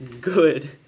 good